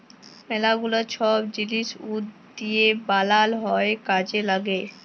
ম্যালা গুলা ছব জিলিস উড দিঁয়ে বালাল হ্যয় কাজে ল্যাগে